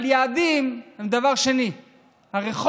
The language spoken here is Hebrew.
אבל יעדים הם דבר שני.